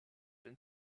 been